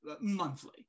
monthly